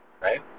Right